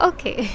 Okay